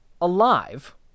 alive